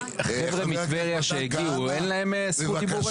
החבר'ה מטבריה שהגיעו, אין להם זכות דיבור היום?